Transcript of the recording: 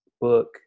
book